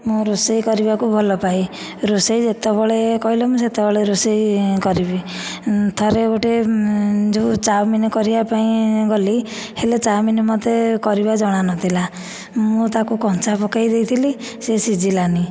ମୁଁ ରୋଷେଇ କରିବାକୁ ଭଲ ପାଏ ରୋଷେଇ ଯେତେବେଳେ କହିଲେ ମୁଁ ସେତେବେଳେ ରୋଷେଇ କରିବି ଥରେ ଗୋଟିଏ ଯେଉଁ ଚାଉମିନ୍ କରିବା ପାଇଁ ଗଲି ହେଲେ ଚାଉମିନ୍ ମୋତେ କରିବା ଜଣା ନଥିଲା ମୁଁ ତାକୁ କଞ୍ଚା ପକେଇ ଦେଇଥିଲି ସେ ସିଝିଲାନି